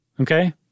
Okay